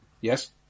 Yes